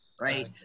right